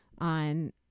on